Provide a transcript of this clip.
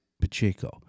Pacheco